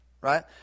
Right